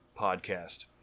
podcast